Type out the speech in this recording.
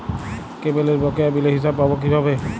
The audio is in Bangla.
কেবলের বকেয়া বিলের হিসাব পাব কিভাবে?